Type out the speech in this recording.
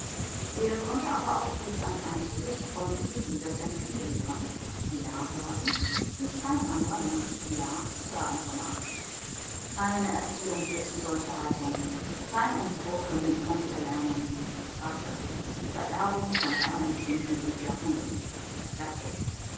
er konnte aber auch durch ein einziges freundliches lidersenken gewähren ja sagen wie kein anderer mensch ja zu sagen vermag keine erziehung führt zu solcher haltung kein emporkömmling kann sie erlernen rasse vererbung von herreninstinkten durch jahrhunderte das ist's